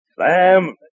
Sam